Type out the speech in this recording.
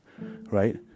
right